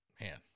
Man